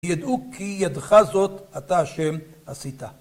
ידעו כי ידך זאת אתה ה' עשית.